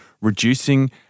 reducing